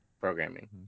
programming